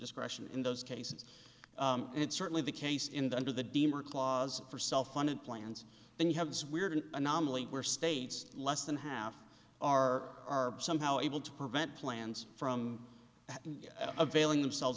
discretion in those cases and it's certainly the case in the under the dmards laws for self funded plans then you have this weird anomaly where states less than half are are somehow able to prevent plans from availing themselves